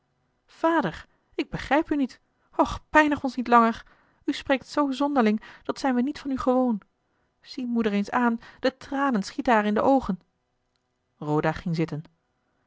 vader ik begrijp u niet och pijnig ons niet langer u spreekt zoo zonderling dat zijn we niet van u gewoon zie moeder eens aan de tranen schieten haar in de oogen roda ging zitten